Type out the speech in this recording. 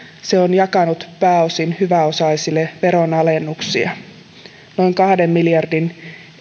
se on jakanut pääosin hyväosaisille veronalennuksia noin kahden miljardin